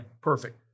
Perfect